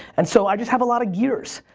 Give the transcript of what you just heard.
and so, i just have a lot of gears.